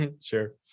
Sure